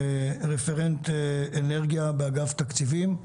רפרנט אנרגיה באגף תקציבים,